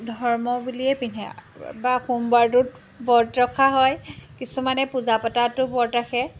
ধৰ্ম বুলিয়েই পিন্ধে বা সোমবাৰটোত ব্ৰত ৰখা হয় কিছুমানে পূজা পতাটো ব্ৰত ৰাখে